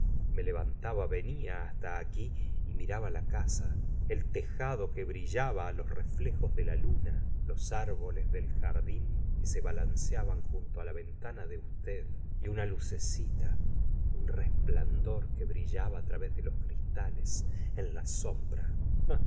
me levantaba venia hasta aquí y miraba la casa el tejado que brillaba á los reflejos de la luna los árboles del jardín que se balanceaban junto á la ventana de usted y una lucecita un resplandor que brillaba través de los cristales en la sombra